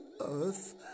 earth